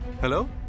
Hello